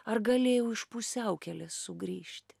ar galėjau iš pusiaukelės sugrįžti